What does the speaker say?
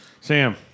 Sam